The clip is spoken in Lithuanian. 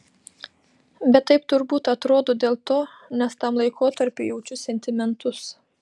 bet taip turbūt atrodo dėl to nes tam laikotarpiui jaučiu sentimentus